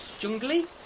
jungly